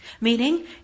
Meaning